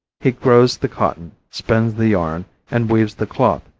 he grows the cotton, spins the yarn and weaves the cloth,